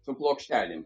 su plokštelėm